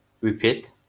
repeat